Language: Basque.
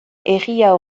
herria